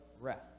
rest